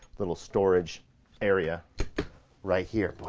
little storage area right here, pull